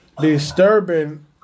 disturbing